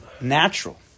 natural